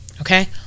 Okay